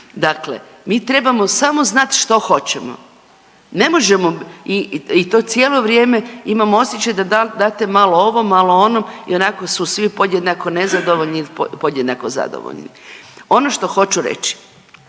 dakle mi trebamo samo znat što hoćemo. Ne možemo i to cijelo vrijeme imam osjećaj da, da date malo ovom, malo onom ionako su svi podjednako nezadovoljni i podjednako zadovoljni. Ono što hoću reći